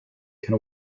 can